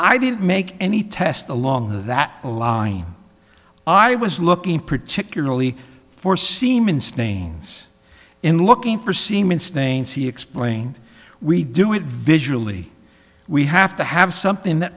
i didn't make any test along that line i was looking particularly for semen stains and looking for semen stains he explained we do it visually we have to have something that